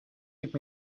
give